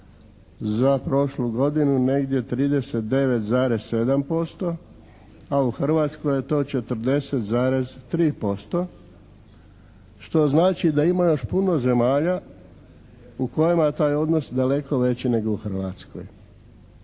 za prošlu godinu negdje 39,7%, a u Hrvatskoj je to 40,3% što znači da ima još puno zemalja u kojima je taj odnos daleko veći nego u Hrvatskoj.